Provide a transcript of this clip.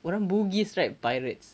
orang bugis right pirates